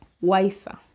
wiser